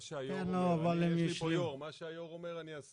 מה שהיו"ר אומר אני אעשה.